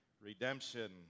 redemption